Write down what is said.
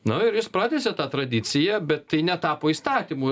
nu ir jis pratęsia tą tradiciją bet tai netapo įstatymu